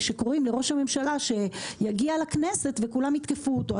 שקוראים לראש הממשלה שיגיע לכנסת וכולם יתקפו אותו.